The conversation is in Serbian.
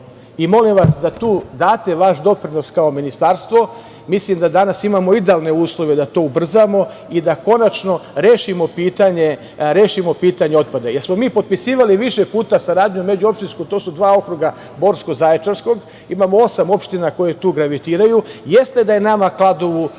i molim vas da tu date vaš doprinos kao Ministarstvo, mislim da danas imamo idealne uslove da to ubrzamo i da konačno rešimo pitanje otpada. Jer smo mi potpisivali više puta saradnju međuopštinsku, to su dva okruga, Borskog i Zaječarskog, imamo osam opština koje tu gravitiraju. Jeste da je nama kao Kladovu